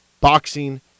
boxing